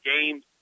games